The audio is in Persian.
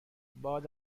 باد